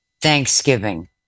Thanksgiving